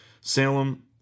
Salem